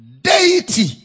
deity